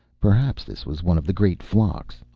perhaps this was one of the great flocks.